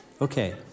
Okay